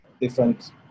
Different